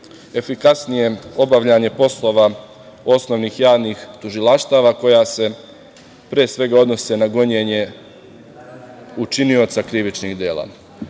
efikasnije obavljanje poslova osnovnih javnih tužilaštava koja se odnose na gonjenje učionica krivičnih